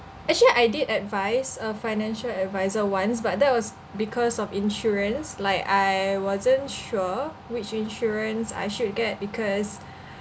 actually I did advise a financial advisor once but that was because of insurance like I wasn't sure which insurance I should get because